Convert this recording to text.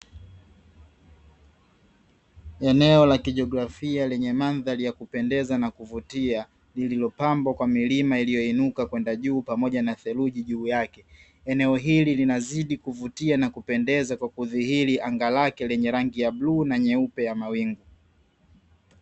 Eneo la kijiografia lenye madhali ya kupendeza na kuvutia iliyo pambwa kwa milima iliyo inuka kwenda juu pamoja na seruji juu yake. Eneo hili linazidi kuvutia na kupendeza kudhihili anga lake lenye ranngi ya bluu na nyeupe na mawingu.